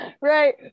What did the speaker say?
Right